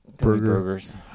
burgers